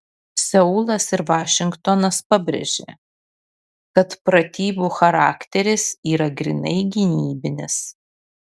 seulas ir vašingtonas pabrėžė kad pratybų charakteris yra grynai gynybinis